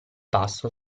passo